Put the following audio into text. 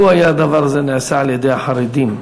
לו היה הדבר הזה נעשה על-ידי החרדים,